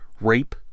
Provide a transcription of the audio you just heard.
rape